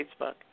Facebook